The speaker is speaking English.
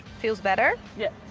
feels better? yes.